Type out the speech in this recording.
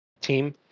team